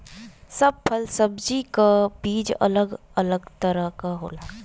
सब फल सब्जी क बीज अलग अलग तरह क होला